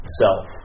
self